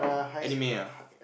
anime ah